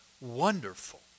wonderful